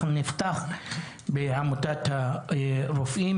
אנחנו נפתח בעמותת הרופאים.